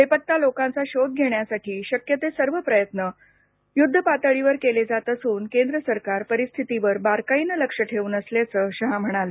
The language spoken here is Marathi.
बेपत्ता लोकांचा शोध घेण्यासाठी शक्य ते सर्व प्रयत्न युद्ध पातळीवर केले जात असून केंद्र सरकार परिस्थितीवर बारकाईनं लक्ष ठेवून असल्याचं शहा म्हणाले